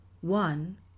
One